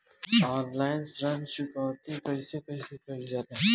Online ऋण चुकौती कइसे कइसे कइल जाला?